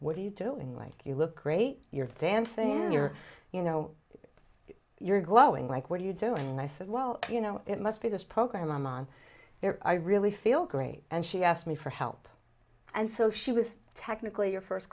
what are you doing like you look great you're dancing in your you know you're glowing like what are you doing and i said well you know it must be this program i'm on here i really feel great and she asked me for help and so she was technically your first